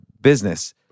business